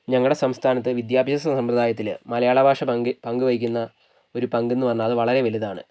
ഞങ്ങളുടെ സംസ്ഥാനത്ത് വിദ്യാഭ്യാസ സമ്പ്രദായത്തിൽ മലയാള ഭാഷ പങ്ക് പങ്കുവഹിക്കുന്ന ഒരു പങ്ക് എന്ന് പറഞ്ഞാൽ വളരെ വലുതാണ്